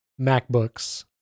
MacBooks